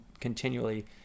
continually